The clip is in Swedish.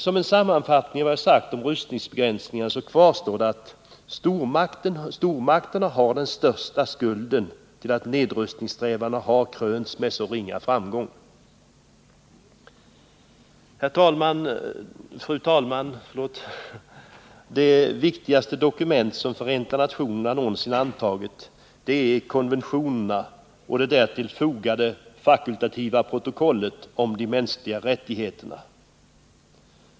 Som en sammanfattning av vad jag sagt om rustningsbegränsningarna kvarstår att stormakterna har den största skulden till att nedrustningssträvandena har krönts med så ringa framgång. Fru talman! De viktigaste dokument som Förenta nationerna någonsin antagit är konventionerna och det därtill fogade fakultativa protokollet em de mänskliga rättigheterna.